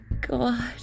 God